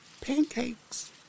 Pancakes